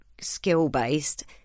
skill-based